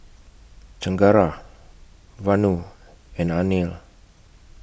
Chengara Vanu and Anil